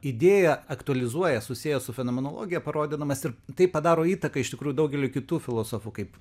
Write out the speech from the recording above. idėją aktualizuoja susiejęs su fenomenologija parodydamas ir tai padaro įtaką iš tikrųjų daugeliui kitų filosofų kaip